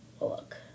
Look